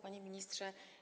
Panie Ministrze!